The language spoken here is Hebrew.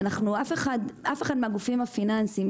אף אחד מהגופים הפיננסים,